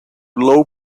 low